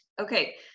Okay